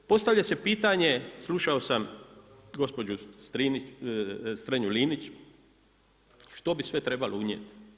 Postavlja se pitanje, slušao sam gospođu Strenja-Linić, što bi sve trebalo unijeti.